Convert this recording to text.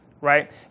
right